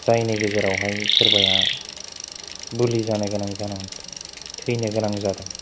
जायनि गेजेरावहाय सोरबाया बोलि जानो गोनां जानांदों थैनो गोनां जादों